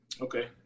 Okay